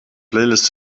playlist